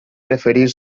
referir